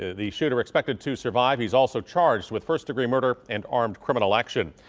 ah the shooter expected to survive, he's also charged with first degree murder and armed criminal action.